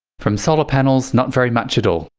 from solar panels, not very much at all,